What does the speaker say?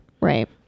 Right